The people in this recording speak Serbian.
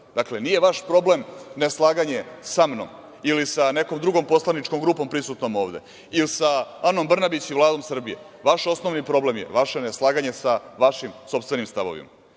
Dakle, nije vaš problem neslaganje sa mnom ili sa nekom drugom poslaničkom grupom prisutnom ovde ili sa Anom Brnabić i Vladom Srbije. Vaš osnovni problem je vaše neslaganje sa vašim sopstvenim stavovima. Pričate